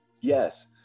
Yes